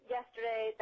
Yesterday